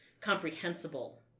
comprehensible